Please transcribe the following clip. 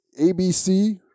ABC